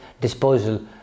disposal